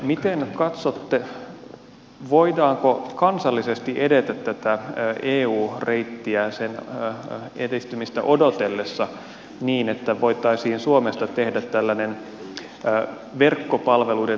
miten katsotte voidaanko kansallisesti edetä tämän eu reitin edistymistä odotellessa niin että voitaisiin suomesta tehdä tällainen verkkopalveluiden turvasatama